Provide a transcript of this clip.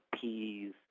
peas